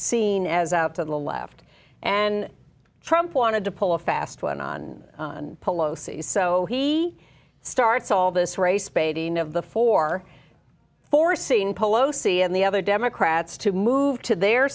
seen as up to the left and trump wanted to pull a fast one on palosi so he starts all this race baiting of the four forcing polo sea and the other democrats to move to their